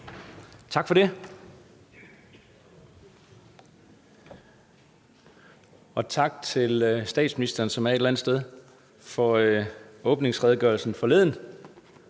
Tak for det, og tak til statsministeren, som er her et eller andet sted, for åbningsredegørelsen forleden